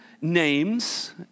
names